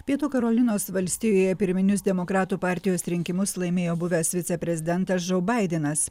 pietų karolinos valstijoje pirminius demokratų partijos rinkimus laimėjo buvęs viceprezidentas žou baidenas